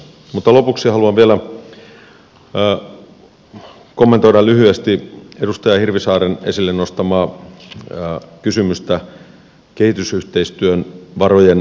mutta lopuksi haluan vielä kommentoida lyhyesti edustaja hirvisaaren esille nostamaa kysymystä kehitysyhteistyövarojen hyödyllisyydestä